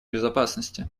безопасности